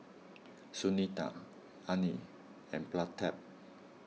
Sunita Anil and Pratap